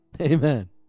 Amen